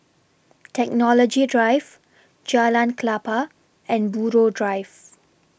Technology Drive Jalan Klapa and Buroh Drive